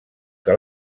que